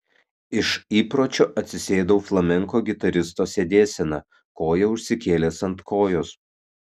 iš įpročio atsisėdau flamenko gitaristo sėdėsena koją užsikėlęs ant kojos